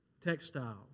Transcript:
textile